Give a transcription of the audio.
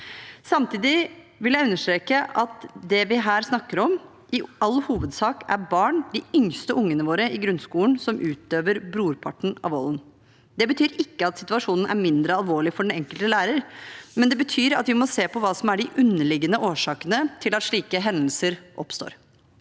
Samtidig vil jeg understreke at det vi her snakker om, i all hovedsak er barn. De yngste ungene våre, i grunnskolen, utøver brorparten av volden. Det betyr ikke at situasjonen er mindre alvorlig for den enkelte lærer, men det betyr at vi må se på hva som er de underliggende årsakene til at slike hendelser oppstår.